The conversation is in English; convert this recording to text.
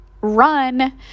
run